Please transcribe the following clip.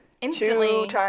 Instantly